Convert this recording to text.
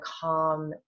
calm